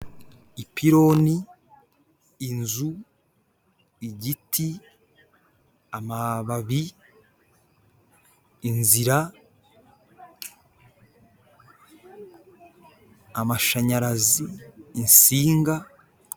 Ipironi, inzu, igiti, amababi, inzira, amashanyarazi, insinga.